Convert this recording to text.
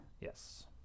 Yes